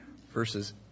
verses